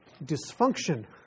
Dysfunction